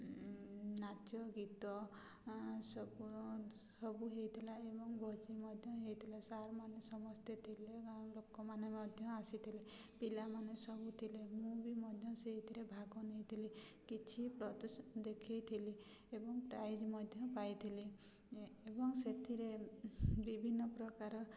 ନାଚ ଗୀତ ସବୁ ସବୁ ହୋଇଥିଲା ଏବଂ ଭୋଜି ମଧ୍ୟ ହୋଇଥିଲା ସାର୍ମାନେ ସମସ୍ତେ ଥିଲେ ଲୋକମାନେ ମଧ୍ୟ ଆସିଥିଲେ ପିଲାମାନେ ସବୁଥିଲେ ମୁଁ ବି ମଧ୍ୟ ସେଇଥିରେ ଭାଗ ନେଇଥିଲି କିଛି ଦେଖେଇଥିଲି ଏବଂ ପ୍ରାଇଜ୍ ମଧ୍ୟ ପାଇଥିଲି ଏବଂ ସେଥିରେ ବିଭିନ୍ନପ୍ରକାର